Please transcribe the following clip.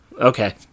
okay